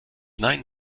nein